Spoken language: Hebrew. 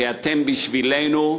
כי אתם מסמלים בשבילנו,